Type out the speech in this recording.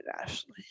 Ashley